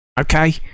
Okay